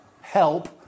help